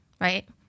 right